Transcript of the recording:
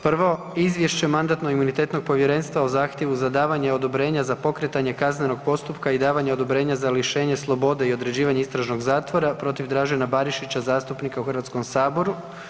Prvo, Izvješće Mandatno-imunitetnog povjerenstva o zahtjevu za davanje odobrenja za pokretanje kaznenog postupka i davanje odobrenja za lišenje slobode i određivanje istražnog zatvora protiv Dražena Barišića zastupnika u HS-u.